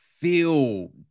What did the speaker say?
feel